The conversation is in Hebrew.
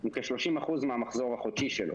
הוא כ-30% מהמחזור החודשי שלו